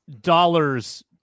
dollars